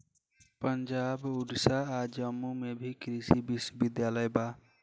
पंजाब, ओडिसा आ जम्मू में भी कृषि विश्वविद्यालय बा